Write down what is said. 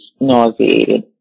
nauseated